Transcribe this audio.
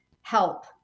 help